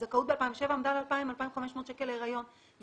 הזכאות ב-2007 עמדה על 2,500-2,000 שקלים להריון,